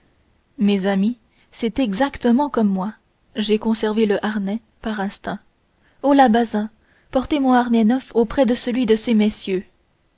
mes amis c'est exactement comme moi j'ai conservé le harnais par instinct holà bazin portez mon harnais neuf auprès de celui de ces messieurs